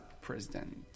president